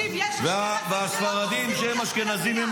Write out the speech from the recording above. דודי צודק, מבחינתם אני לא אשכנזית.